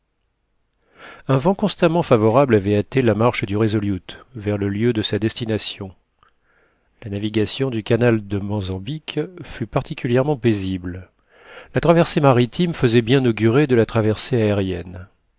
un vent constamment favorable avait hâté la marche du resolute vers le lieu de sa destination la navigation du canal de mozambique fut particulièrement paisible la traversée maritime faisait bien augurer de la traversée aérienne